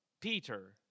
Peter